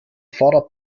fahrrad